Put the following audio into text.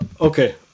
Okay